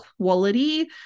quality